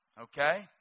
Okay